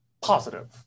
positive